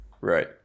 right